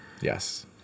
Yes